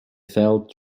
felt